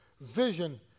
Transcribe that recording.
vision